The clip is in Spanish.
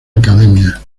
academia